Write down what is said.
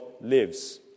lives